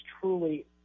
truly